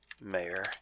Mayor